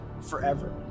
forever